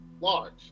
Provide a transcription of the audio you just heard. large